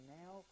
now